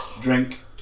Drink